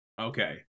Okay